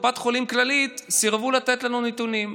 קופת חולים כללית סירבו לתת לנו נתונים.